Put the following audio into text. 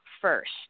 first